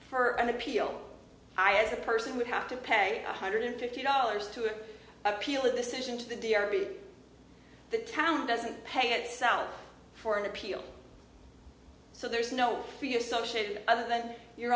for an appeal i as a person would have to pay one hundred fifty dollars to appeal the decision to the dairy the town doesn't pay itself for an appeal so there's no be associated other than your